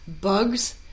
Bugs